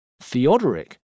Theodoric